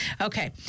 Okay